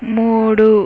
మూడు